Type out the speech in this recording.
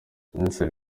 komiseri